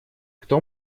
кто